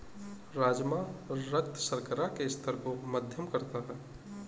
राजमा रक्त शर्करा के स्तर को मध्यम करता है